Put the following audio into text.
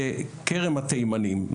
בכרם התימנים,